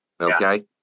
Okay